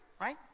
Right